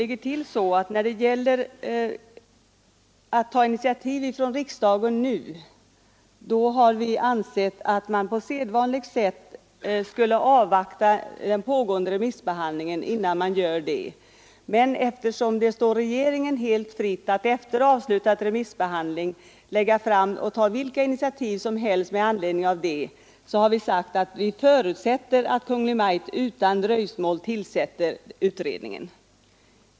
Vi har ansett att riksdagen, innan vi tar ett initiativ, på sedvanligt sätt bör avvakta den pågående remissbehandlingen. Men det står regeringen fritt att efter avslutad remissbehandling ta vilka initiativ som helst med anledning av remissvaren. Därför har vi sagt att vi förutsätter att Kungl. Maj:t utan dröjsmål tillsätter utredningen.